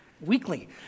weekly